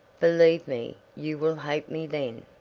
believe me, you will hate me then.